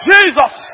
Jesus